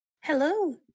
Hello